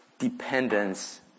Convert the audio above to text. dependence